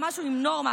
משהו עם נורמה,